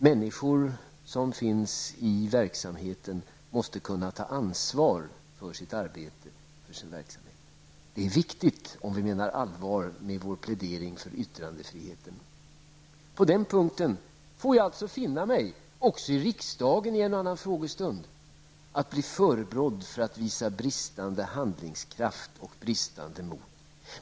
Människor som finns i verksamheten måste kunna ta ansvar för sitt arbete. Det är viktigt om vi menar allvar med vår plädering för yttrandefriheten. På den punkten får jag således finna mig i att även i riksdagen under en och annan frågestund bli förebrådd för att jag visar bristande handlingskraft och mod.